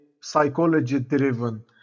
psychology-driven